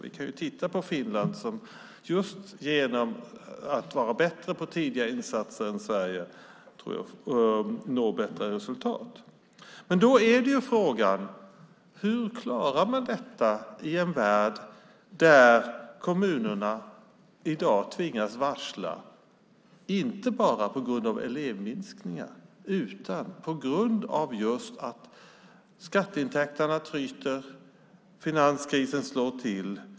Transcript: Vi kan titta på Finland som genom att vara bättre än Sverige på att sätta in tidiga insatser också når bättre resultat. Då är frågan: Hur klarar man det i en värld där kommunerna i dag tvingas varsla inte bara på grund av ett minskande antal elever utan på grund av att skatteintäkterna tryter, finanskrisen slår till?